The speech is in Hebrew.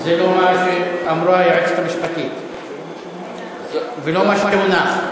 זה לא מה שאמרה היועצת המשפטית ולא מה שהונח.